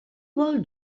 vol